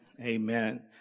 Amen